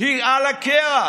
היא על הקרח.